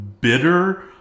bitter